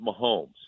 Mahomes